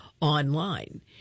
online